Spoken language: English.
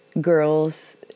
girls